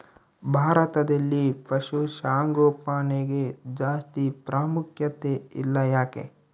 ಭಾರತದಲ್ಲಿ ಪಶುಸಾಂಗೋಪನೆಗೆ ಜಾಸ್ತಿ ಪ್ರಾಮುಖ್ಯತೆ ಇಲ್ಲ ಯಾಕೆ?